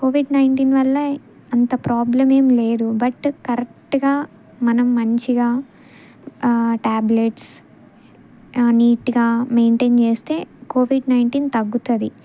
Covid nineteen వల్ల అంత problem ఏమి లేదు బట్ కరెక్ట్గా మనం మంచిగా టాబ్లెట్స్ నీట్గా మెయింటైన్ చేస్తే కోవిడ్ నైన్టీన్ తగ్గుతుంది